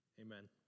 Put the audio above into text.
Amen